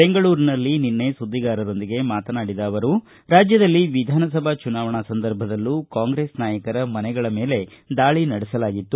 ಬೆಂಗಳೂರಿನಲ್ಲಿ ನಿನ್ನೆ ಸುದ್ದಿಗಾರರೊಂದಿಗೆ ಮಾತನಡಿದ ಅವರು ರಾಜ್ಯದಲ್ಲಿ ವಿಧಾನಸಭಾ ಚುನಾವಣೆ ಸಂದರ್ಭದಲ್ಲೂ ಕಾಂಗ್ರೆಸ್ ನಾಯಕರ ಮನೆಗಳ ಮೇಲೆ ದಾಳಿ ನಡೆಸಲಾಗಿತ್ತು